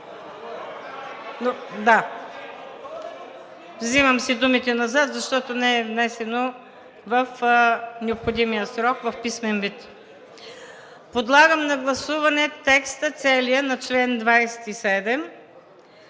Взимам си думите назад, защото не е внесено в необходимия срок в писмен вид. Подлагам на гласуване целия текст на чл. 27,